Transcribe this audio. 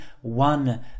one